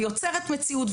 ויוצרת מציאות,